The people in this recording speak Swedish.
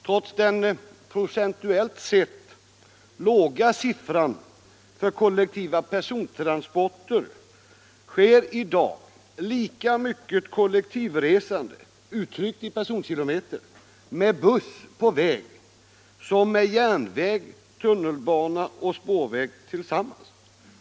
Trots den procentuellt sett låga siffran för kollektiva persontransporter sker i dag lika mycket kollektivresande, uttryckt i personkilometer, med buss på väg som med järnväg, tunnelbana och spårväg tillsammans.